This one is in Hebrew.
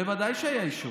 בוודאי שהיה אישור.